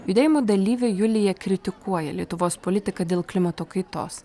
judėjimo dalyvė julija kritikuoja lietuvos politiką dėl klimato kaitos